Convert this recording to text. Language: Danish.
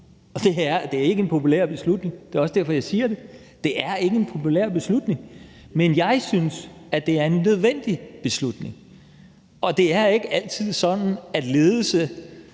at det ikke er en populær beslutning. Det er også derfor, jeg siger det. Det er ikke en populær beslutning, men jeg synes, at det er en nødvendig beslutning, og det er ikke altid sådan, at ledelse,